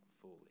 fully